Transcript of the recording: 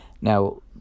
Now